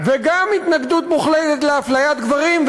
וגם התנגדות מוחלטת לאפליית גברים,